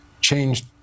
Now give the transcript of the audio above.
changed